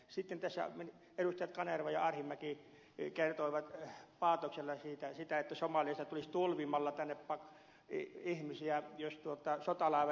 sitten tässä edustajat kanerva ja arhinmäki kertoivat paatoksella sitä että somaliasta tulisi tulvimalla tänne ihmisiä jos sotalaiva ei sinne lähtisi